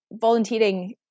volunteering